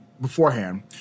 beforehand